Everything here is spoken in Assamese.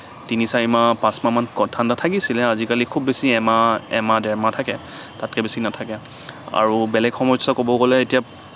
তিনি চাৰিমাহ পাঁচমাহ মান ক ঠাণ্ডা থাকিছিলে আজিকালি খুব বেছি এমাহ এমাহ ডেৰমাহ থাকে তাতকৈ বেছি নাথাকে আৰু বেলেগ সমস্যা ক'ব গ'লে এতিয়া